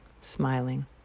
smiling